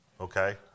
okay